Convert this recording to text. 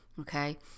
okay